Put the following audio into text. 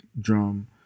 drum